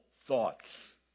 thoughts